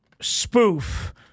spoof